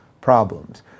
problems